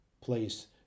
place